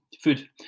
Food